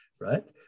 right